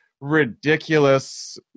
ridiculous